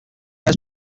has